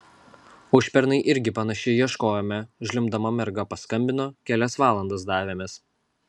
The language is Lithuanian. užpernai irgi panašiai ieškojome žliumbdama merga paskambino kelias valandas davėmės